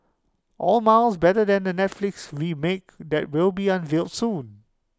all miles better than the Netflix remake that will be unveiled soon